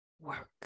work